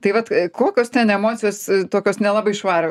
tai vat kokios ten emocijos tokios nelabai švarų